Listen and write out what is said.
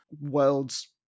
worlds